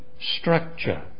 structure